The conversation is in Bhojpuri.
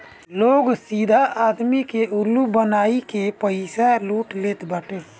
लोग सीधा आदमी के उल्लू बनाई के पईसा लूट लेत बाटे